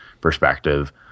perspective